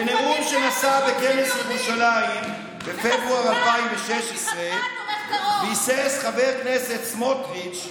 בנאום שנשא בכנס ירושלים בפברואר 2016 ביסס חבר הכנסת סמוטריץ',